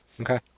Okay